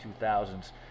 2000s